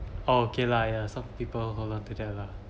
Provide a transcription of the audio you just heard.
okay lah ya some people hold on to that lah